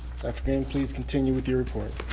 green, please continue with your report.